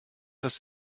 das